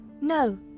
no